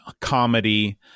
comedy